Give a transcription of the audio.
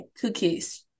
cookies